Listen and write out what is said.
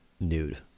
nude